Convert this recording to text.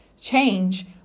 change